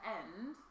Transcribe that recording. end